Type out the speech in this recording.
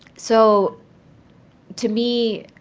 so to me,